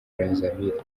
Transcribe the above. brazzaville